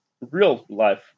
real-life